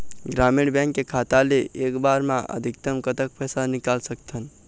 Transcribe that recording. ग्रामीण बैंक के खाता ले एक बार मा अधिकतम कतक पैसा निकाल सकथन?